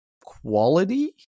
quality